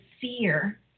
fear